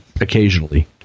occasionally